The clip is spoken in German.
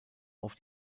auf